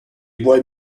vuoi